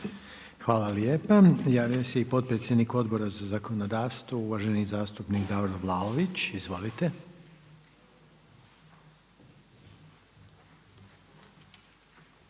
vam lijepa. Javio se i potpredsjednik Odbora za zakonodavstvo, uvaženi zastupnik Davor Vlaović. Izvolite.